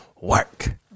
work